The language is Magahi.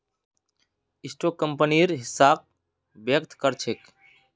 स्टॉक कंपनीर हिस्साक व्यक्त कर छेक